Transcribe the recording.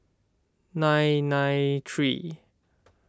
nine nine three